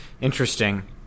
interesting